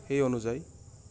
সেই অনুযায়ী